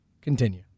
Continue